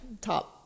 top